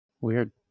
Weird